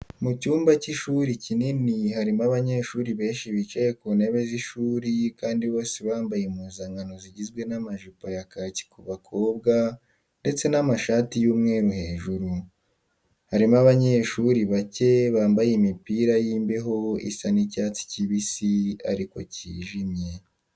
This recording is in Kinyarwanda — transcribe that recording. Mu cyumba cy'ishuri kinini harimo abanyeshuri benshi bicaye ku ntebe z'ishuri kandi bose bambaye impuzankano zigizwe n'amajipo ya kaki ku bakobwa ndetse n'amashati y'umweru hejuru. Harimo abanyeshuri bacye bambaye imipira y'imbeho isa n'icyatsi kibisi ariko kijimye.